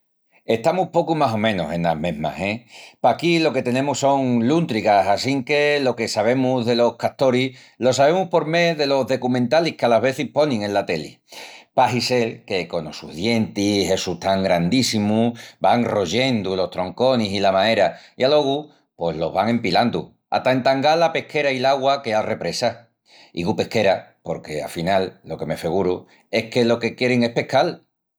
Estamus pocu más o menus enas mesmas, e... Paquí lo que tenemus son lúntrigas assinque lo que sabemus delos castoris lo sabemus por mé delos decumentalis que alas vezis ponin ena teli. Pahi sel que conos sus dientis essus tan grandíssimus van royendu los tronconis i la maera i alogu pos los van empilandu hata entangal la pesquera i l'augua queal represa. Igu pesquera porque afinal lo que me feguru es que lo quierin es pescal.